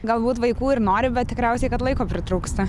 galbūt vaikų ir noriu bet tikriausiai kad laiko pritrūksta